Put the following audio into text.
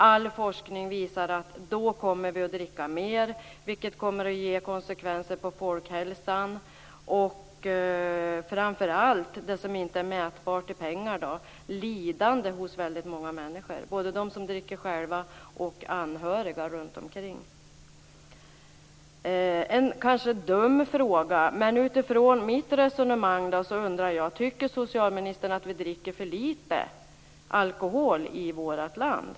All forskning visar att vi då kommer att dricka mer, vilket kommer att ge konsekvenser på folkhälsan - framför allt på det som inte är mätbart i pengar, dvs. lidande hos de som dricker själva och för anhöriga. En kanske dum fråga, men med utgångspunkt i mitt resonemang undrar jag om socialministern tycker att vi dricker för lite alkohol i vårt land.